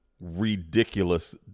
Ridiculous